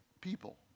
people